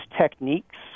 techniques